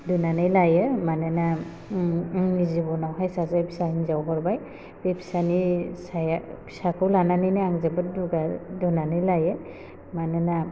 दुनानै लायो मानोना आंनि जिबनावहाय सासे फिसा हिन्जाव हरबाय बे फिसानि सा फिसाखौ लानानैनो आं जोबोर दुगा दुनानै लायो मानोना